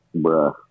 Bruh